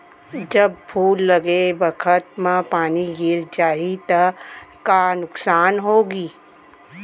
जब फूल लगे बखत म पानी गिर जाही त का नुकसान होगी?